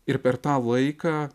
ir per tą laiką